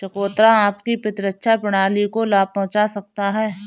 चकोतरा आपकी प्रतिरक्षा प्रणाली को लाभ पहुंचा सकता है